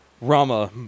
Rama